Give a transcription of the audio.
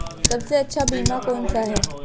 सबसे अच्छा बीमा कौनसा है?